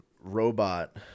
Robot